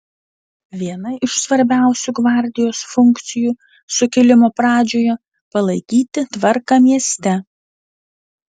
viena iš svarbiausių gvardijos funkcijų sukilimo pradžioje palaikyti tvarką mieste